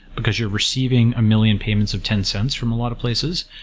because you're receiving a million payments of ten cents from a lot of places,